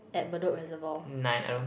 at Bedok Reservoir